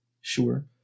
Sure